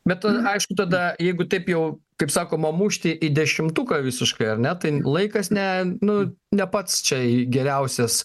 bet aišku tada jeigu taip jau kaip sakoma mušti į dešimtuką visiškai ar ne tai laikas ne nu ne pats čia geriausias